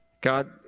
God